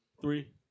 three